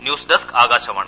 news desk Akashvani